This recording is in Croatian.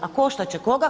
A koštat će koga?